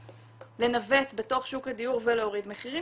לנווט בתוך שוק הדיור ולהוריד מחירים,